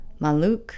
Maluk